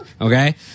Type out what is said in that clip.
Okay